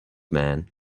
man